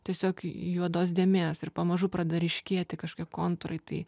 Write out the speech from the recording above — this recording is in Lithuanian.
tiesiog juodos dėmės ir pamažu pradeda ryškėti kažkokie kontūrai tai